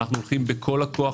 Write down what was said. אנחנו הולכים בכל הכוח,